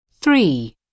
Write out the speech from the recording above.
Three